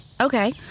okay